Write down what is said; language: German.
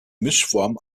mischform